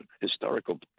historical